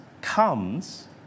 comes